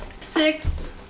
six